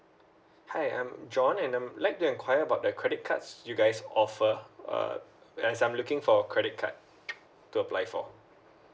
hi I'm john and I'm like to enquire about the credit cards you guys offer uh there's I'm looking for credit card to apply for